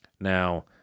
Now